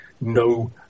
no